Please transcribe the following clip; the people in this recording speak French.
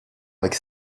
avec